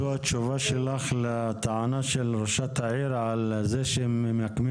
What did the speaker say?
זו התשובה שלך לטענה של ראש המועצה על זה שהם ממקמים